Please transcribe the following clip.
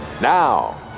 now